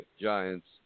giants